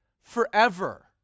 forever